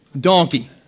Donkey